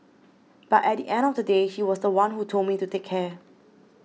but at the end of the day he was the one who told me to take care